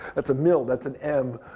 that's a mill. that's an m,